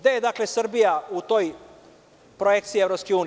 Dakle, gde je Srbija u toj projekciji EU?